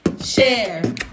share